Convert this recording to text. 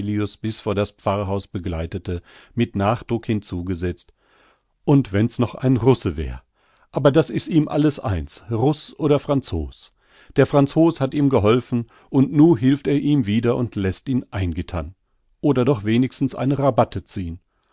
bis vor das pfarrhaus begleitete mit nachdruck hinzugesetzt un wenn's noch ein russe wär aber das is ihm alles eins russ oder franzos der franzos hat ihm geholfen und nu hilft er ihm wieder und läßt ihn eingittern oder doch wenigstens eine rabatte ziehen